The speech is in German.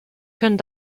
können